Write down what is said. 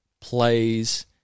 plays